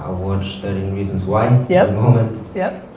watch thirteen reasons why yeah um and yeah